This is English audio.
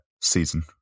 season